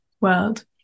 world